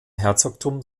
herzogtum